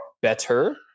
Better